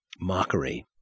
mockery